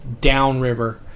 downriver